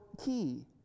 key